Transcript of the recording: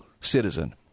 citizen